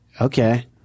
Okay